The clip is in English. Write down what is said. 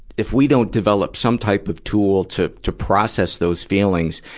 if we don't develop some type of tool to to process those feelings,